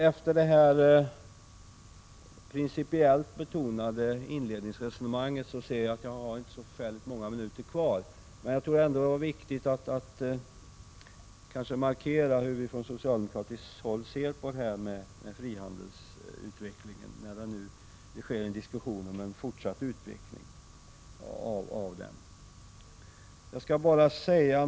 Efter detta principiellt betonade inledningsresonemang ser jag att jag inte har så många minuter kvar av min anmälda taletid, men jag tror ändå att det var riktigt att markera hur vi från socialdemokratiskt håll ser på frihandelssamarbetet när det nu förs en diskussion om en fortsatt utveckling av det.